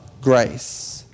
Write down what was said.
grace